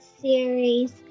series